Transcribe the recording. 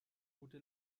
gute